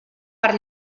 per